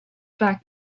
fact